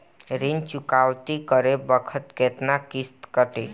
ऋण चुकौती करे बखत केतना किस्त कटी?